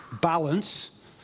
balance